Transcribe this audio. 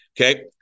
okay